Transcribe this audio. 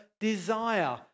desire